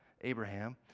Abraham